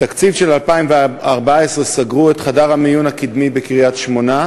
בתקציב של 2014 סגרו את חדר המיון הקדמי בקריית-שמונה,